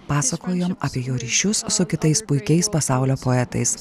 pasakojom apie jo ryšius su kitais puikiais pasaulio poetais